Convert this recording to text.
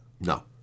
No